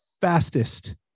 fastest